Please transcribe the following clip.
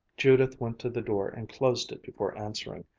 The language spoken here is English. judith went to the door and closed it before answering,